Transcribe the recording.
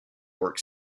york